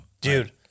Dude